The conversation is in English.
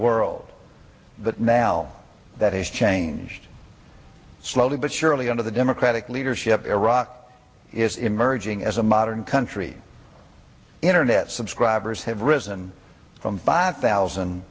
world but now that has changed slowly but surely under the democratic leadership iraq is emerging as a modern country internet subscribers have risen from five thousand